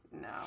no